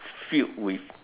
filled with